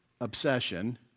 obsession